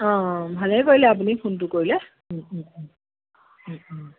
অ ভালেই কৰিলে আপুনি ফোনটো কৰিলে ও ও ও ও ও